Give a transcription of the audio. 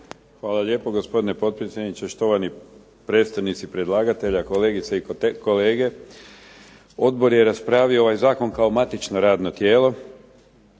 Hvala lijepo, gospodine potpredsjedniče. Štovani predstavnici predlagatelja, kolegice i kolege. Odbor je raspravio ovaj zakon kao matično radno tijelo